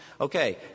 Okay